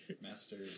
Master